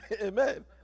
Amen